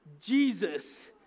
Jesus